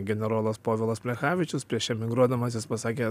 generolas povilas plechavičius prieš emigruodamas jis pasakė